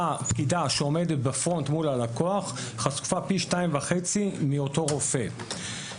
אותה פקידה שעומדת בפרונט מול הלקוח חטפה פי 2.5 מאותו רופא.